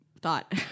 thought